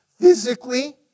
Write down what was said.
physically